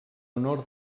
honor